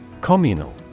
Communal